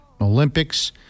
Olympics